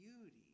beauty